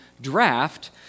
draft